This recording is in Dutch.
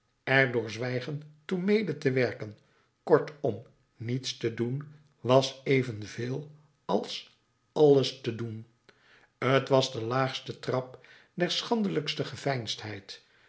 door zwijgen toe mede te werken kortom niets te doen was evenveel als alles te doen t was de laagste trap der